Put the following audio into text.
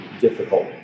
difficult